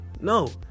no